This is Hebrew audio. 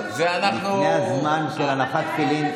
לפני הזמן של הנחת תפילין.